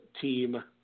team